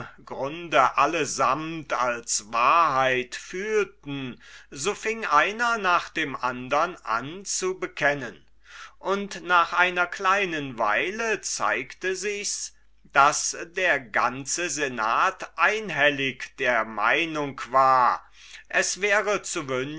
grunde allesamt als wahrheit fühlten so fing einer nach dem andern an zu bekennen und nach einer kleinen weile zeigte sichs daß der ganze senat einhellig der meinung war es wäre